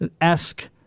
esque